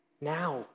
now